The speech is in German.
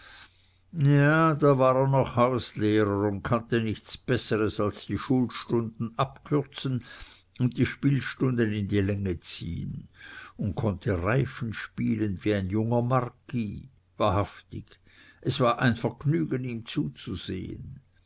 ja da war er noch hauslehrer und kannte nichts besseres als die schulstunden abkürzen und die spielstunden in die länge ziehen und konnte reifen spielen wie ein junger marquis wahrhaftig es war ein vergnügen ihm zuzusehen